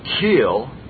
kill